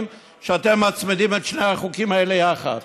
שאתם מצמידים את שני החוקים האלה יחד.